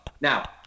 Now